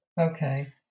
Okay